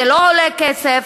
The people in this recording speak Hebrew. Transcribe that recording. זה לא עולה כסף,